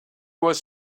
was